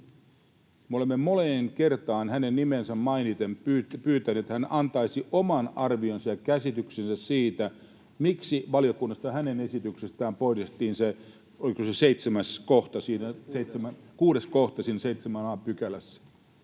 Me olemme moneen kertaan hänen nimensä mainiten pyytäneet, että hän antaisi oman arvionsa ja käsityksensä siitä, miksi valiokunnassa hänen esityksestään poistettiin, oliko se, 7 kohta.